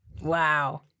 Wow